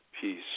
peace